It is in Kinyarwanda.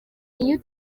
iyo